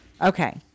Okay